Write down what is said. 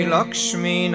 Lakshmi